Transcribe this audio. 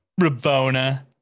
Ravona